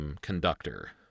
conductor